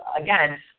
again